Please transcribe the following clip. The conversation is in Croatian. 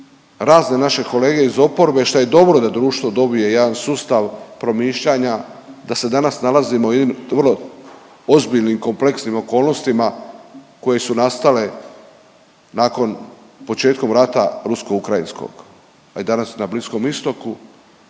razne naše kolege iz oporbe, šta je dobro da društvo dobije jedan sustav promišljanja da se danas nalazimo u .../Govornik se ne razumije./... vrlo ozbiljnim, kompleksnim okolnostima koje su nastale nakon početkom rata rusko-ukrajinskog pa i danas na Bliskom Istoku,